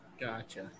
Gotcha